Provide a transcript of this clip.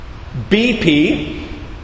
BP